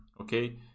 okay